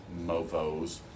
mofos